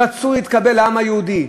רצו להתקבל לעם היהודי,